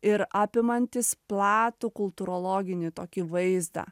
ir apimantis platų kultūrologinį tokį vaizdą